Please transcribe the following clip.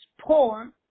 poor